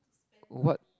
what